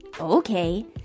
Okay